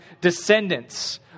descendants